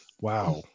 Wow